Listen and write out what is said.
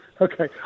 Okay